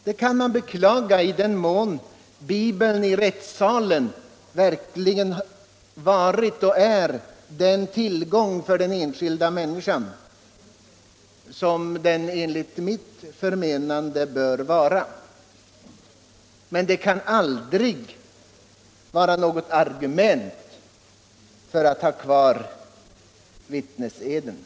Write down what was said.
Det kan man beklaga i den mån Bibeln där verkligen varit och är den tillgång för den enskilda människan som den enligt mitt förmenande bör vara, men det kan aldrig vara ett argument för att ha kvar vittneseden.